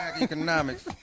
Economics